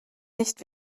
nicht